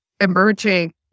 emerging